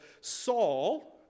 Saul